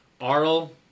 Arl